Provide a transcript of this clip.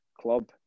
club